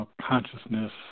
consciousness